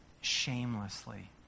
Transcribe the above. shamelessly